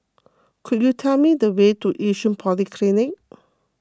could you tell me the way to Yishun Polyclinic